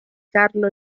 carlo